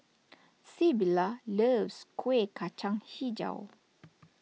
Sybilla loves Kueh Kacang HiJau